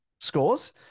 scores